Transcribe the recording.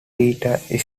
peter